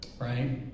Right